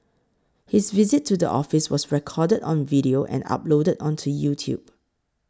his visit to the office was recorded on video and uploaded onto YouTube